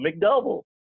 McDouble